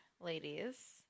ladies